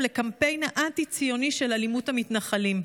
לקמפיין האנטי-ציוני של אלימות המתנחלים.